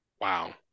Wow